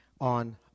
on